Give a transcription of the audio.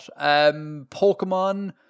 Pokemon